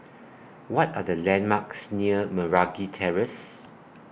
What Are The landmarks near Meragi Terrace